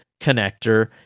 connector